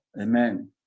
Amen